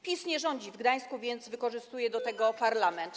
PiS nie rządzi w Gdańsku, więc wykorzystuje do tego parlament.